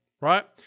right